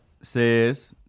says